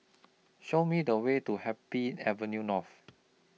Show Me The Way to Happy Avenue North